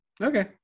Okay